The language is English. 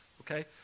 okay